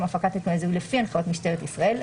הפקת נתוני זיהוי לפי הנחיות משטרת ישראל.